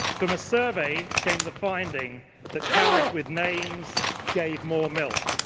from a survey came the finding that cows with names gave more milk.